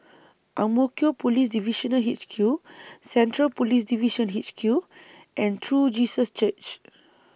Ang Mo Kio Police Divisional H Q Central Police Division H Q and True Jesus Church